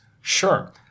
Sure